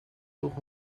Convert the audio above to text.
toch